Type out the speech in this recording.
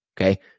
Okay